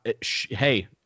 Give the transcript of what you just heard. Hey